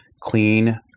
clean